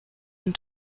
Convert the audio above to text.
and